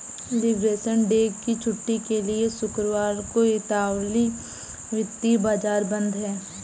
liberation day की छुट्टी के लिए शुक्रवार को इतालवी वित्तीय बाजार बंद हैं